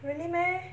really meh